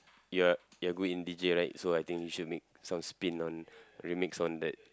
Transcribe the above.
you are you are good in deejay right so I think you should make some spin or remix on that